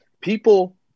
People